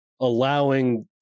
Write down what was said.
allowing